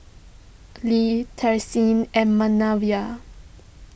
Le therese and Manervia